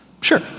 Sure